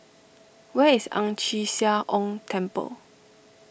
where is Ang Chee Sia Ong Temple